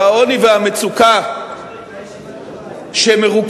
העוני והמצוקה שמרוכזים,